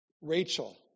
Rachel